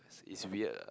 I see it's weird ah